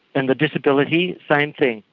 and the disability, same thing.